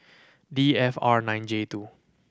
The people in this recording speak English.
D F R nine J two